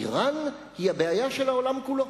אירן היא הבעיה של העולם כולו.